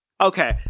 Okay